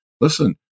listen